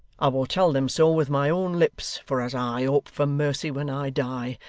i will tell them so with my own lips for as i hope for mercy when i die,